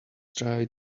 try